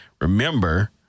Remember